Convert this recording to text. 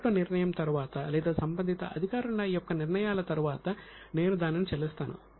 court నిర్ణయం తరువాత లేదా సంబంధిత అధికారుల యొక్క నిర్ణయాల తరువాత నేను దానిని చెల్లిస్తాను